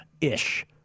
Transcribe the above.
ish